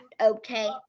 okay